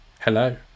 Hello